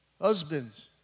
Husbands